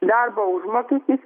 darbo užmokestis